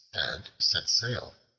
and set sail.